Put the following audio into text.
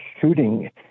shooting